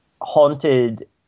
haunted